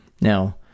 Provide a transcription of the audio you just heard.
Now